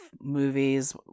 movies